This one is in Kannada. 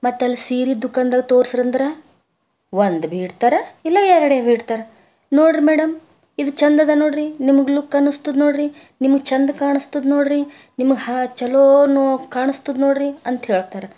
ಮತ್ತೆ ಅಲ್ಲಿ ಸೀರೆ ದುಖಾನ್ದಾಗ ತೋರಿಸ್ರಿ ಅಂದ್ರೆ ಒಂದು ಬಿ ಇಡ್ತಾರೆ ಇಲ್ಲ ಎರಡೇ ಭೀ ಇಡ್ತಾರೆ ನೋಡ್ರಿ ಮೇಡಮ್ ಇದು ಚೆಂದದ ನೋಡ್ರಿ ನಿಮಗೆ ಲುಕ್ ಅನ್ನಿಸ್ತದೆ ನೋಡ್ರಿ ನಿಮಗೆ ಚೆಂದ ಕಾಣಿಸ್ತದೆ ನೋಡ್ರಿ ನಿಮಗೆ ಹಾ ಛಲೋ ನೋ ಕಾಣಿಸ್ತದೆ ನೋಡ್ರಿ ಅಂತ ಹೇಳ್ತಾರೆ